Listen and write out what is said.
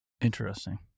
Interesting